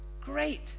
Great